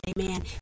amen